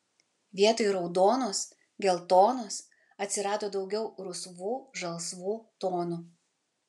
vietoj raudonos geltonos atsirado daugiau rusvų žalsvų tonų